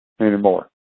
anymore